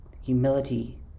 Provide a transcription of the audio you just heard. humility